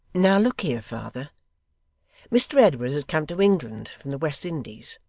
now look here, father mr edward has come to england from the west indies.